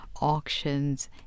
auctions